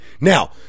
Now